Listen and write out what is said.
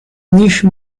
niche